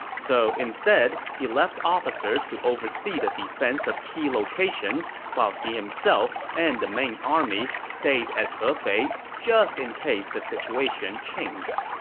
so instead, he left officers to oversee the defense of key locations while he himself and the main army stayed at hefei, just in case the situation changed